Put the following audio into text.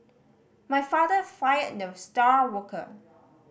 my father fired the star worker